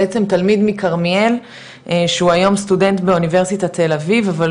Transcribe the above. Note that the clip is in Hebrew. בעצם תלמיד מכרמיאל שהוא היום סטודנט באוניברסיטת תל אביב אבל